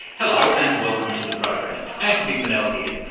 hello, and welcome to the program. antony funnell here,